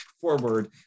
forward